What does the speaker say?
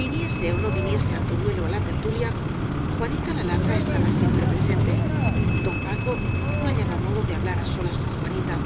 viniese ó no viniese antoñuelo á la tertulia jua na la larga estaba siempre presente don paco no hallaba modo de hablar á solas con juanita